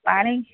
ପାଣି